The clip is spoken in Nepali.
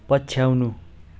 पछ्याउनु